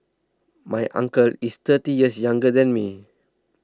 my uncle is thirty years younger than me